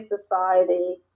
society